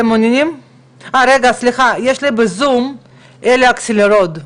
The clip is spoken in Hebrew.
יש לי בזום את אלי אקסלרוד,